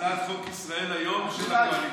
הצעת חוק ישראל היום של הקואליציה.